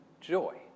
joy